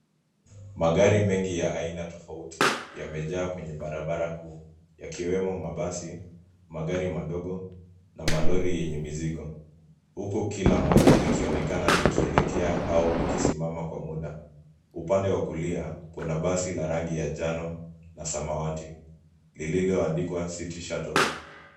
Magari mengi ya aina tofauti yamejaa kwenye barabara kuu yakiwemo mabasi, magari madogo, na malori yenye mizigo huku kila mmoja likionekana likielekea au likisimama kwa muda. Upande wa kulia kuna basi la rangi ya njano na samawati lililoandikwa City Shuttle .